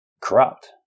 corrupt